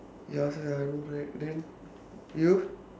ya sia I know right then you